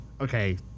okay